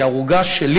כי הערוגה שלי